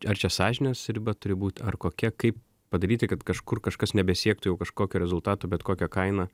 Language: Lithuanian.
ar čia sąžinės riba turi būt ar kokia kaip padaryti kad kažkur kažkas nebesiektų jau kažkokio rezultato bet kokia kaina